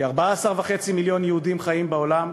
כ-14.5 מיליון יהודים חיים בעולם,